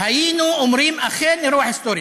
היינו אומרים: אכן, אירוע היסטורי.